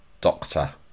doctor